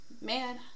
Man